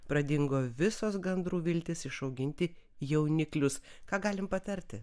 pradingo visos gandrų viltys išauginti jauniklius ką galim patarti